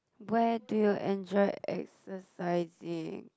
where do you enjoy exercising